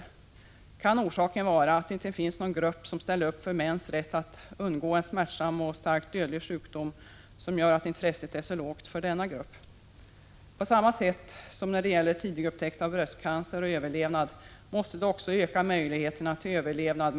Kan orsaken till att intresset är så lågt för denna grupp vara att det inte finns någon som ställer upp för mäns rätt att undgå en smärtsam och starkt dödlig sjukdom? På samma sätt som tidigupptäckt av bröstcancer har samband med överlevnad måste också en tidigt upptäckt prostatacancer öka möjligheterna till överlevnad.